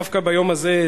דווקא ביום הזה,